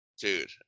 dude